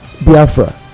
Biafra